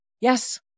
yes